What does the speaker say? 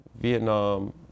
Vietnam